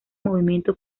movimiento